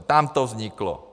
Tam to vzniklo.